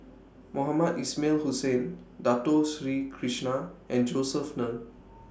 Mohamed Ismail Hussain Dato Sri Krishna and Josef Ng